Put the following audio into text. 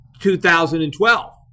2012